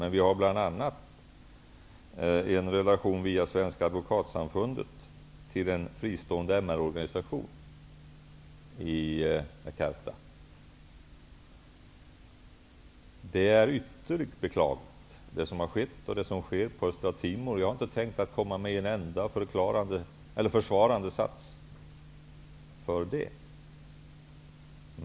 Men vi har via Svenska advokatsamfundet bl.a. en relation till en fristående MR-organisation i Jakarta. Det som skett, och sker, på Östra Timor är ytterligt beklagligt. Jag har alltså inte tänkt komma med en enda försvarande sats.